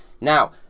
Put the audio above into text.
Now